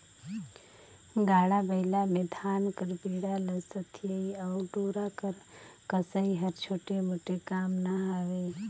गाड़ा बइला मे धान कर बीड़ा ल सथियई अउ डोरा कर कसई हर छोटे मोटे काम ना हवे